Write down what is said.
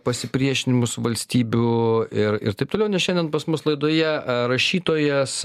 pasipriešinimus valstybių ir ir taip toliau nes šiandien pas mus laidoje rašytojas